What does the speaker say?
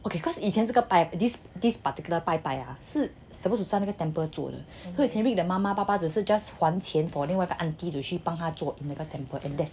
okay cause 以前这个拜 this this particular 拜拜啊是 supposed to 在那个 temple 做的 so is eric 的妈妈爸爸只是 just 还钱 for then 那个 auntie to 去帮他做那个